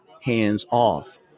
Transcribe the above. hands-off